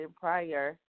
prior